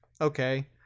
okay